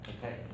Okay